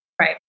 Right